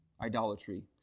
Idolatry